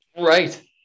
Right